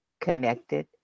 connected